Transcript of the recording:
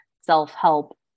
self-help